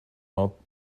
not